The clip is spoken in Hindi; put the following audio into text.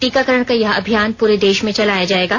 टीकाकरण का यह अभियान पूरे देश में चलाया जायेगा